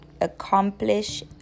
accomplish